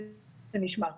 זה נשמר.